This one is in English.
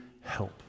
help